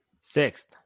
Sixth